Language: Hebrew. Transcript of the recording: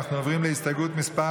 78. אנחנו עוברים להסתייגות מס'